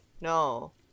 No